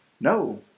No